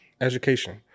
Education